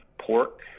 pork